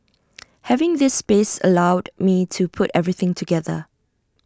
having this space allowed me to put everything together